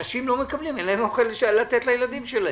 אנשים לא מקבלים, אין להם אוכל לתת לילדים שלהם.